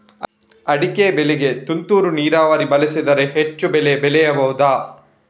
ಅಡಿಕೆ ಬೆಳೆಗೆ ತುಂತುರು ನೀರಾವರಿ ಬಳಸಿದರೆ ಹೆಚ್ಚು ಬೆಳೆ ಬೆಳೆಯಬಹುದಾ?